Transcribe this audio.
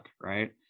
Right